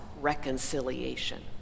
reconciliation